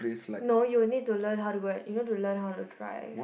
no you will need to learn how to go and you need to learn how to drive